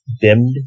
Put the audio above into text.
dimmed